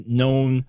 known